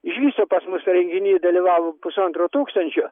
iš viso pas mus renginy dalyvavo pusantro tūkstančio